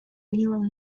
neural